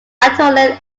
anatolian